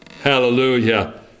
Hallelujah